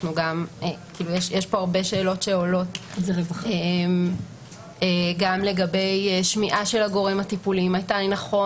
יש פה שאלות רבות שעולות גם לגבי שמיעת הגורם הטיפולי מתי נכון,